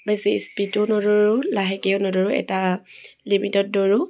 বেছি স্পীডো নদৌৰোঁ লাহেকৈও নদৌৰোঁ এটা লিমিটত দৌৰোঁ